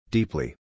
Deeply